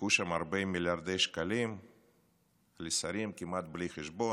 חילקו שם הרבה מיליארדי שקלים לשרים כמעט בלי חשבון.